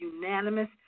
unanimous